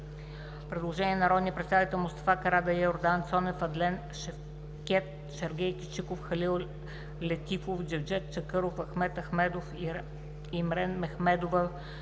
предложение на народните представители Мустафа Карадайъ, Йордан Цонев, Адлен Шевкед, Сергей Кичиков, Халил Летифов, Джевдет Чакъров, Ахмед Ахмедов, Имрен Мехмедова,